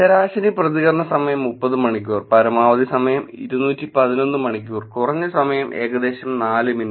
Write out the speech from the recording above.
ശരാശരി പ്രതികരണ സമയം 30 മണിക്കൂർ പരമാവധി സമയം 211 മണിക്കൂർ കുറഞ്ഞ സമയം ഏകദേശം 4 മിനിറ്റ്